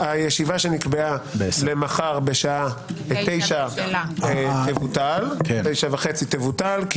הישיבה שנקבעה למחר בשעה 09:30 תבוטל,